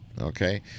okay